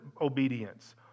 obedience